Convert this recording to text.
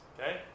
Okay